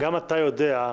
גם אתה יודע,